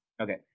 Okay